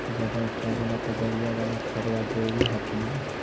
ज्यादा उपजाबे ला बजरिया बाला खदबा जरूरी हखिन न?